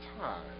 time